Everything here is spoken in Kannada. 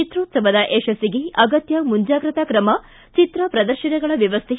ಚಿತ್ತೊತ್ಲವದ ಯಶಸ್ಲಿಗೆ ಅಗತ್ಯ ಮುಂಜಾಗ್ರತಾ ಕ್ರಮ ಚಿತ್ರ ಪ್ರದರ್ಶನಗಳ ವ್ಯವಸ್ಥೆ